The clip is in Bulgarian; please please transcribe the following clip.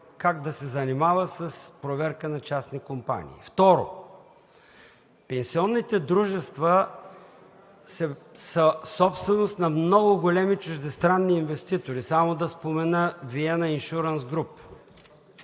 как да се занимава с проверка на частни компании. Второ, пенсионните дружества са собственост на много големи чуждестранни инвеститори. Само да спомена „Виена Иншурънс Груп“,